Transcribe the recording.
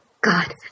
God